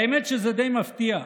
האמת שזה די מפתיע.